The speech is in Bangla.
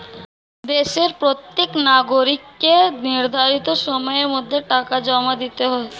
দেশের প্রত্যেক নাগরিককে নির্ধারিত সময়ের মধ্যে টাকা জমা দিতে হয়